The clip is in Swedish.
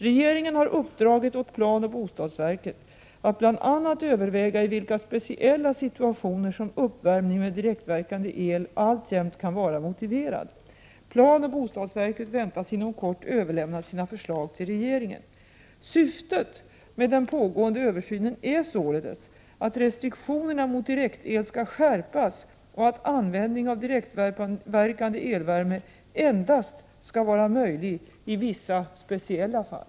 Regeringen har uppdragit åt planoch bostadsverket att bl.a. överväga i vilka speciella situationer som uppvärmning med direktverkande el alltjämt kan vara motiverad. Planoch bostadsverket väntas inom kort överlämna sina förslag till regeringen. Syftet med den pågående översynen är således att restriktionerna mot direktel skall skärpas och att användningen av direktverkande elvärme endast skall vara möjlig i vissa speciella fall.